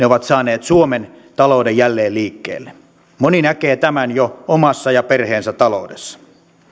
ovat saaneet suomen talouden jälleen liikkeelle moni näkee tämän jo omassa ja perheensä taloudessa